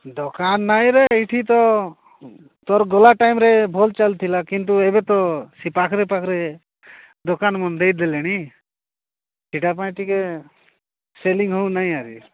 ଦୋକାନ ନାଇଁରେ ଏଇଠି ତ ତୋର ଗଲା ଟାଇମ୍ରୁ ଭଲ ଚାଲିଥିଲା କିନ୍ତୁ ଏବେ ତ ସେ ପାଖରେ ପାଖରେ ଦୋକାନମାନ ଦେଇ ଦେଇଦେଲେଣି ସେଇଟା ପାଇଁ ଟିକେ ସେଲିଙ୍ଗ ହେଉ ନାହିଁ ଆରେ